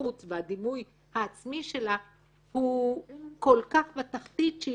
בחוץ והדימוי העצמי שלה הוא כל כך בתחתית שהיא